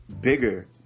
bigger